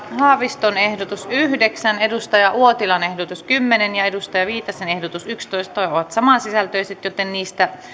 haaviston ehdotus yhdeksän kari uotilan ehdotus kymmenen ja pia viitasen ehdotus yksitoista ovat samansisältöisiä joten niistä